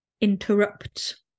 interrupt